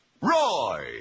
Roy